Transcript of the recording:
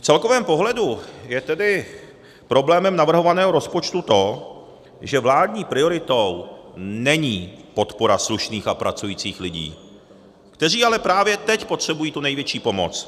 V celkovém pohledu je tedy problémem navrhovaného rozpočtu to, že vládní prioritou není podpora slušných a pracujících lidí, kteří ale právě teď potřebují tu největší pomoc.